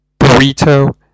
burrito